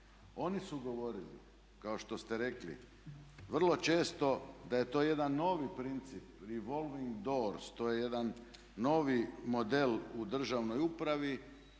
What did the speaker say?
Oni su govorili kao što ste rekli vrlo često da je to jedan novi princip revolving doors, to je jedan novi model u državnoj upravi